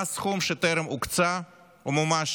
מה הסכום שטרם הוקצה ומומש